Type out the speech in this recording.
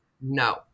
No